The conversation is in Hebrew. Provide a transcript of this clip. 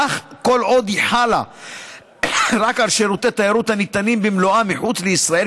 אך כל עוד היא חלה רק על שירותי תיירות הניתנים במלואם מחוץ לישראל,